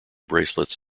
bracelets